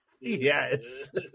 Yes